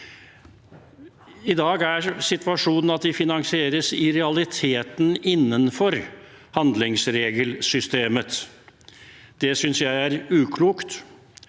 I dag er situasjonen at de i realiteten finansieres innenfor handlingsregelsystemet. Det synes jeg er uklokt.